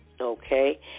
okay